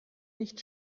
nicht